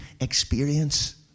experience